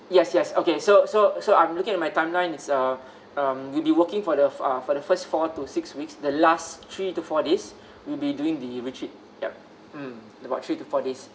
yes yes okay so so uh so I'm looking at my timelines it's uh um we'd be working for the uh for the first four to six weeks the last three to four days we'll be doing the retreat yup mm about three to four days